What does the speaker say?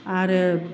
आरो